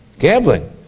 Gambling